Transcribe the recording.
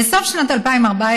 בסוף שנת 2014,